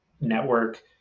network